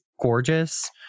gorgeous